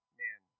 man